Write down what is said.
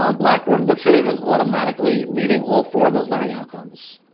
um blackboard looks at it as automatically meeting all four of those learning outcomes.